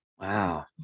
Wow